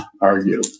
argue